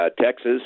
Texas